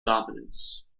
dominance